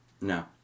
No